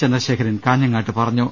ചന്ദ്രശേഖരൻ കാഞ്ഞ ങ്ങാട്ട് പറഞ്ഞു